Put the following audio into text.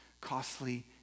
costly